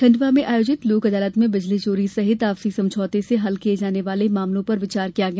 खंडवा में आयोजित लोक अदालत में बिजली चोरी सहित आपसी समझौते से हल किये जाने वाले मामलों पर विचार किया गया